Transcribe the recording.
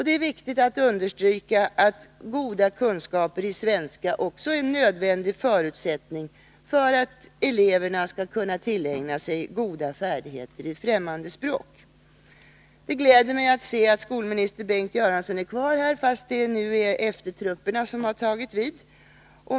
Det är viktigt att understryka att goda kunskaper i svenska också är en nödvändig förutsättning för att eleverna skall kunna tillägna sig goda färdigheter i fträmmande språk. Det gläder mig att se att skolminister Bengt Göransson är kvar i kammaren, fast det nu är eftertrupperna som har tagit vid.